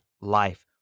life